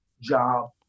job